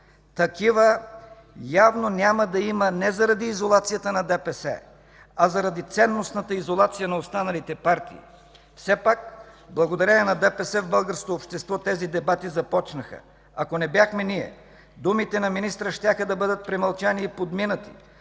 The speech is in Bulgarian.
Такива явно няма да има не заради изолацията на ДПС, а заради ценностната изолация на останалите партии. Все пак благодарение на ДПС в българското общество тези дебати започнаха. Ако не бяхме ние, думите на министъра щяха да бъдат премълчани и подминати,